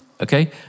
okay